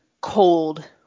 cold